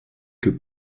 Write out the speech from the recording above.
que